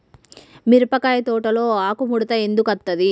మిరపకాయ తోటలో ఆకు ముడత ఎందుకు అత్తది?